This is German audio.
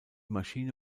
maschine